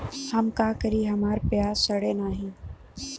हम का करी हमार प्याज सड़ें नाही?